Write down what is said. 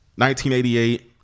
1988